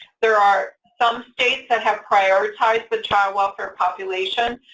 there are some states that have prioritized the child welfare population.